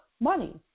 money